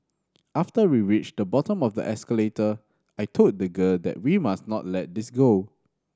after we reached the bottom of the escalator I told the girl that we must not let this go